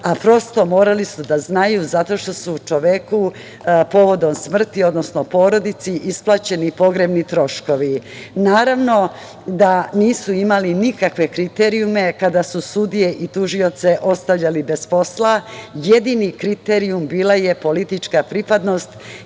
a prosto morali su da znaju zato što su čoveku povodom smrti, odnosno porodici isplaćeni pogrebni troškovi. Naravno da nisu imali nikakve kriterijume kada su sudije i tužioce ostavljali bez posla. Jedini kriterijum bila je politička pripadnost,